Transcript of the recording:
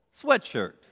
sweatshirt